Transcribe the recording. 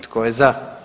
Tko je za?